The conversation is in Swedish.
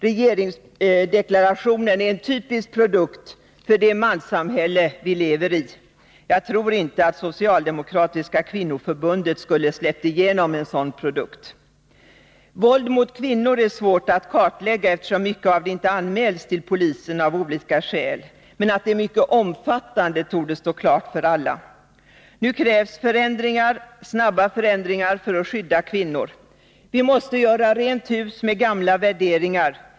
Regeringsdeklarationen är en typisk produkt för det manssamhälle som vi lever i. Jag tror inte att socialdemokratiska kvinnoförbundet skulle ha släppt igenom en sådan produkt. Våld mot kvinnor är svårt att kartlägga, eftersom mycket av det inte anmäls till polisen av olika skäl. Men att våldet är mycket omfattande torde står klart för alla. Nu krävs förändringar — snabba förändringar — för att skydda kvinnor. Vi måste göra rent hus med gamla värderingar.